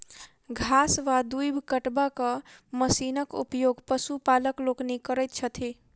घास वा दूइब कटबाक मशीनक उपयोग पशुपालक लोकनि करैत छथि